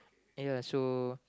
ya so